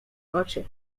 oczy